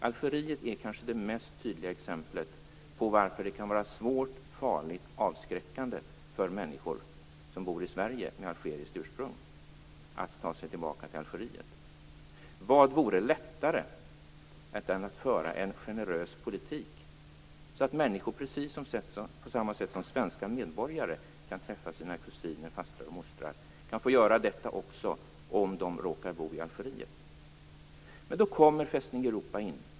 Algeriet är kanske det mest tydliga exemplet på att det kan vara svårt, farligt och avskräckande för i Sverige boende människor med algeriskt ursprung att ta sig tillbaka till Algeriet. Vad vore lättare än att föra en generös politik så att människor, precis på samma sätt som svenska medborgare, kan träffa sina kusiner, fastrar och mostrar också om de råkar bo i Algeriet? Men då kommer Fästning Europa in.